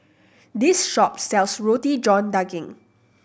this shop sells Roti John Daging